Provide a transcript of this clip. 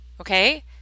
okay